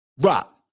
Rock